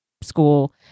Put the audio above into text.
school